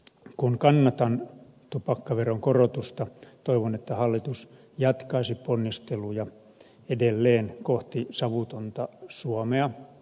kun kannatan tupakkaveron korotusta toivon että hallitus jatkaisi ponnisteluja edelleen kohti savutonta suomea